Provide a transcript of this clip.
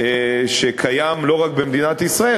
שקיים לא רק במדינת ישראל,